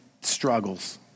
struggles